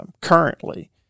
currently